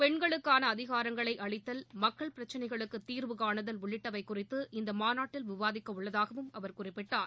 பெண்களுக்காள அதிகாரங்களை அளித்தல் மக்கள் பிரச்சனைகளுக்கு தீர்வு காணுதல் உள்ளிட்டவை குறித்து இம்மாநாட்டில் விவாதிக்க உள்ளதாவும் அவர் குறிப்பிட்டார்